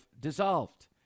dissolved